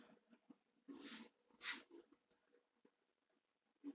ya